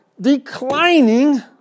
declining